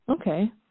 Okay